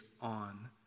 on